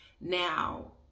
Now